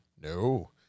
No